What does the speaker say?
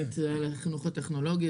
החינוך לטכנולוגיה,